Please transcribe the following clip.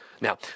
Now